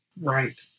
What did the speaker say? Right